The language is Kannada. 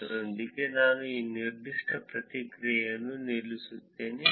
ಅದರೊಂದಿಗೆ ನಾನು ಈ ನಿರ್ದಿಷ್ಟ ಪತ್ರಿಕೆಯನ್ನು ನಿಲ್ಲಿಸುತ್ತೇನೆ